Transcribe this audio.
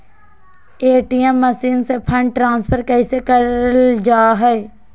ATM machine से fund transfer कैसे करल जा है?